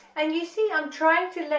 and you see i'm trying to let